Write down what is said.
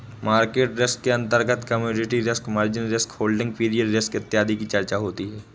market risk के अंतर्गत commodity risk, margin risk, holding period risk इत्यादि की चर्चा होती है